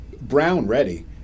brown-ready